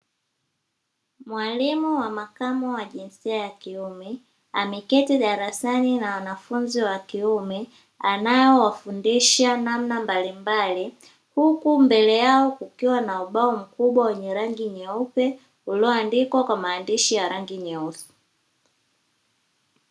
Mwalimu wa makamo wa jinsia ya kiume ameketi darasani na wanafunzi wa kiume anaowafundisha namna mbalimbali, huku mbele yao kukiwa na ubao mkubwa wenye rangi nyeupe ulioandikwa kwa maandishi ya rangi nyeusi.